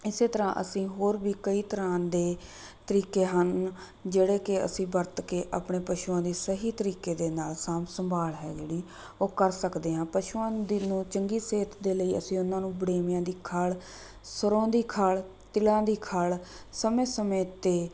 ਇਸ ਤਰ੍ਹਾਂ ਅਸੀਂ ਹੋਰ ਵੀ ਕਈ ਤਰ੍ਹਾਂ ਦੇ ਤਰੀਕੇ ਹਨ ਜਿਹੜੇ ਕਿ ਅਸੀਂ ਵਰਤ ਕੇ ਆਪਣੇ ਪਸ਼ੂਆਂ ਦੀ ਸਹੀ ਤਰੀਕੇ ਦੇ ਨਾਲ ਸਾਂਭ ਸੰਭਾਲ ਹੈ ਜਿਹੜੀ ਉਹ ਕਰ ਸਕਦੇ ਹਾਂ ਪਸ਼ੂਆਂ ਦੀ ਨੂੰ ਚੰਗੀ ਸਿਹਤ ਦੇ ਲਈ ਅਸੀਂ ਉਹਨਾਂ ਨੂੰ ਵੜੇਵਿਆਂ ਦੀ ਖਲ਼ ਸਰ੍ਹੋਂ ਦੀ ਖਲ਼ ਤਿਲਾਂ ਦੀ ਖਲ਼ ਸਮੇਂ ਸਮੇਂ 'ਤੇ